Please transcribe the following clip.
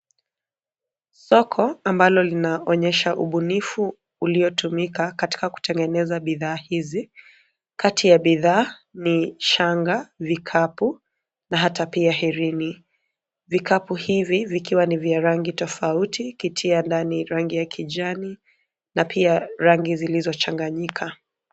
Soko ambalo linaonyesha ubunifu uliotumika katika kutengeneza bidhaa hizi. Kati ya bidhaa ni shanga, vikapu na hata pia herini. Vikapu hivi vikiwa ni vya rangi tofauti ukitia ndani rangi ya kijani na pia rangi zilizochanganyika.